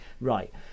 right